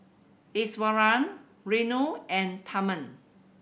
Iswaran Renu and Tharman